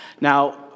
Now